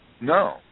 no